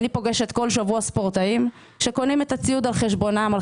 אני פוגשת כל שבוע ספורטאים שקונים את הציוד על חשבונם או על